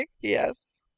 Yes